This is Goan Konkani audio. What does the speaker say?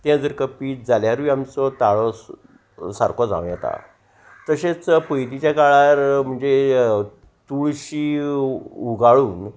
तें जर कपीत जाल्यारूय आमचो ताळो सारको जावं येता तशेंच पयलींच्या काळार म्हणजे तुळशी उगाळून